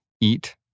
eat